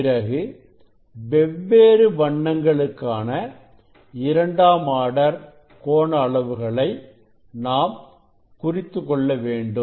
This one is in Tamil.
பிறகு வெவ்வேறு வண்ணங்களுக்கான இரண்டாம் ஆர்டர் கோண அளவுகளை நாம் குறித்துக்கொள்ள வேண்டும்